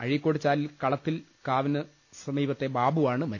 അഴീക്കോട് ചാലിൽ കളത്തിൽ കാവിന് സ്റ്മീപത്തെ ബാബുവാണ് മരിച്ചത്